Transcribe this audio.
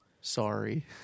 Sorry